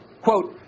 quote